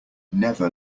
never